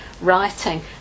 Writing